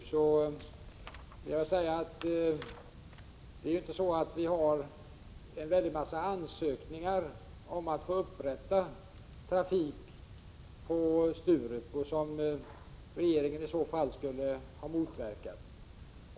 Jag vill då säga att det har inte kommit in en väldig massa ansökningar om att få upprätta trafik på Sturup och som regeringen i så fall skulle ha motverkat.